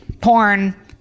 porn